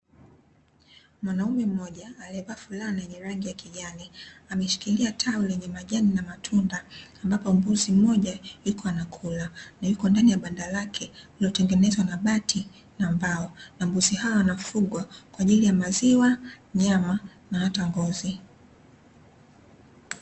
Mwanaume mmoja alievaa fulana yenye rangi ya kijani ameshikilia tawi lenye majani na matunda, ambapo mbuzi mmoja yupo anakula na yuko ndani ya banda lake lililotengenezwa na mabati na mbao na mbuzi hao wanafugwa kwaajili ya maziwa nyama na hata ngozi.